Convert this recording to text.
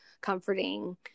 comforting